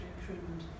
recruitment